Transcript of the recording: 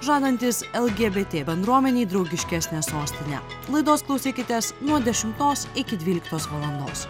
žadantis lgbt bendruomenei draugiškesnę sostinę laidos klausykitės nuo dešimtos iki dvyliktos valandos